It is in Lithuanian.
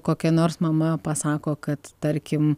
kokia nors mama pasako kad tarkim